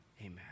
Amen